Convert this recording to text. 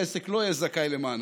העסק לא יהיה זכאי למענק.